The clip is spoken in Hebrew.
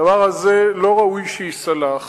הדבר הזה לא ראוי שייסלח